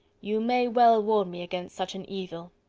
you may well warn me against such an evil.